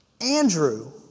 Andrew